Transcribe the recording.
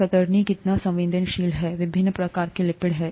कतरनी कितना संवेदनशील है विभिन्न प्रकार के लिपिड हैं